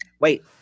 Wait